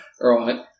right